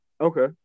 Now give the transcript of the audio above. Okay